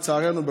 לצערנו,